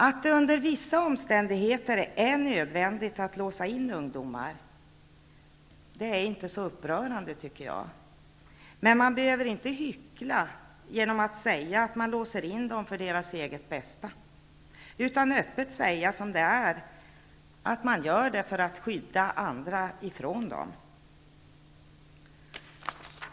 Att det under vissa omständigheter är nödvändigt att låsa in ungdomar är inte så upprörande. Men man behöver inte hyckla genom att säga att man låser in dem för deras eget bästa. Man kan säga öppet som det är, att man gör det för att skydda andra från dem.